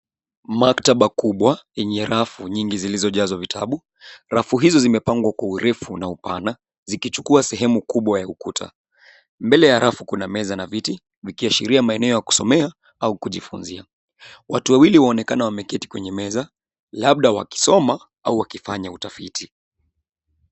Maktaba kubwa yenye rafu nyingi zilizojazwa vitabu. Rafu hizo zimepangwa kwa urefu na upana zikichukua sehemu kubwa ya ukuta. Mbele ya rafu kuna meza na viti vikiashiria maeneo ya kusomea au kujifunzia. Watu wawili wanaonekana wameketi kwenye meza labda wakisoma au wakifanya utafiti.